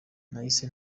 nahise